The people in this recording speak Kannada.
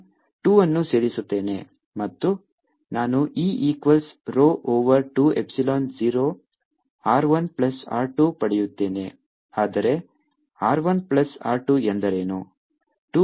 ನಾನು 2 ಅನ್ನು ಸೇರಿಸುತ್ತೇನೆ ಮತ್ತು ನಾನು E equals rho over 2 epsilon 0 r 1 plus r 2 ಪಡೆಯುತ್ತೇನೆ ಆದರೆ r 1 ಪ್ಲಸ್ r 2 ಎಂದರೇನು